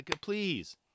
Please